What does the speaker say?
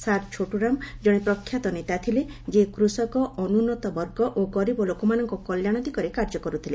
sir Chhoturam ଜଣେ ପ୍ରଖ୍ୟାତ ନେତା ଥିଲେ ଯିଏ କୂଷକ ଅନୁନ୍ନତ ବର୍ଗ ଓ ଗରିବ ଲୋକମାନଙ୍କ କଲ୍ୟାଣ ଦିଗରେ କାର୍ଯ୍ୟ କରୁଥିଲେ